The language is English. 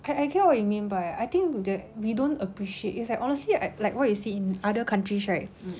I I get what you mean by I think that we don't appreciate it's like honestly I like what you see in other countries right